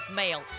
mail